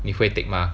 你会 take mah